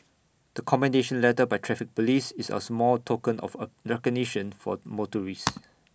the commendation letter by traffic Police is our small token of A recognition for motorists